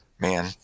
Man